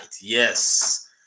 yes